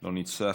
לא נמצא,